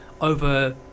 over